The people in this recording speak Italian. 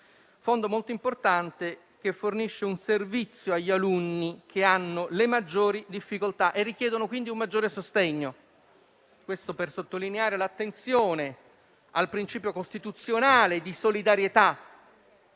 fondo molto importante, che fornisce un servizio agli alunni che hanno le maggiori difficoltà e richiedono quindi un maggiore sostegno. Dico questo per sottolineare l'attenzione al principio costituzionale di solidarietà,